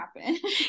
happen